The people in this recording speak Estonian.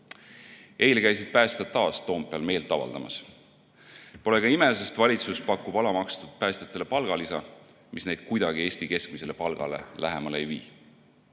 käisid päästjad taas Toompeal meelt avaldamas. Pole ka ime, sest valitsus pakub alamakstud päästjatele palgalisa, mis neid kuidagi Eesti keskmisele palgale lähemale ei vii.